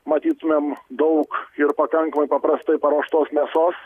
matytumėm daug ir pakankamai paprastai paruoštos mėsos